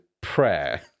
prayer